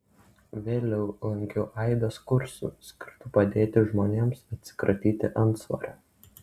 vėliau lankiau aibes kursų skirtų padėti žmonėms atsikratyti antsvorio